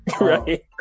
right